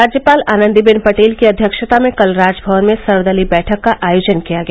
राज्यपाल आनंदीबेन पटेल की अध्यक्षता में कल राजभवन में सर्वदलीय बैठक का आयोजन किया गया